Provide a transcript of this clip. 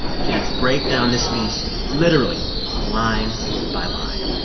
she had us break down this speech literally line by line.